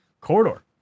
Corridor